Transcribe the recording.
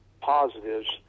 positives